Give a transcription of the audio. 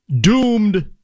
doomed